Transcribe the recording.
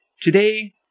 Today